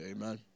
Amen